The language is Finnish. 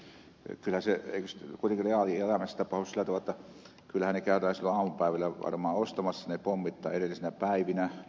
eikö kuitenkin reaalielämässä tapahdu sillä tavalla jotta kyllähän ne käydään silloin aamupäivällä varmaan ostamassa ne pommit tai edellisinä päivinä